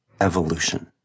evolution